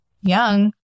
young